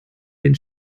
den